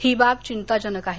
ही बाब थिंताजनक आहे